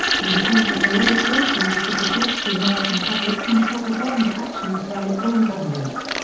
the intent of the legislation was to protect the american public from propaganda actions by its own government.